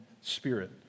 spirit